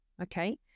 Okay